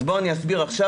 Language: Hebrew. אז בואו אני אסביר עכשיו,